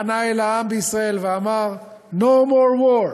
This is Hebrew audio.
פנה אל העם בישראל ואמר: No more war,